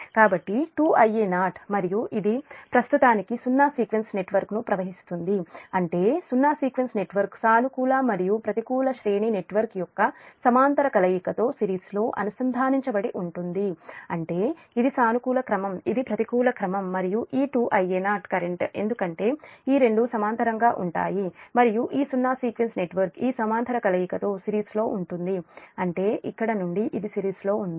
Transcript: కాబట్టి 2Ia0 మరియు ఇది ప్రస్తుతానికి సున్నా సీక్వెన్స్ నెట్వర్క్కు ప్రవహిస్తుంది అంటే సున్నా సీక్వెన్స్ నెట్వర్క్ సానుకూల మరియు ప్రతికూల శ్రేణి నెట్వర్క్ యొక్క సమాంతర కలయికతో సిరీస్లో అనుసంధానించబడి ఉంటుంది అంటే ఇది సానుకూల క్రమం ఇది ప్రతికూల క్రమం మరియు ఈ 2Ia0 కరెంట్ ఎందుకంటే ఈ రెండూ సమాంతరంగా ఉంటాయి మరియు ఈ సున్నా సీక్వెన్స్ నెట్వర్క్ ఈ సమాంతర కలయికతో సిరీస్లో ఉంటుంది అంటే ఇక్కడ నుండి ఇది సిరీస్లో ఉంది